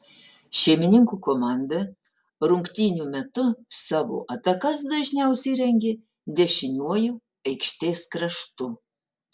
šeimininkų komanda rungtynių metu savo atakas dažniausiai rengė dešiniuoju aikštės kraštu